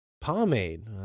Pomade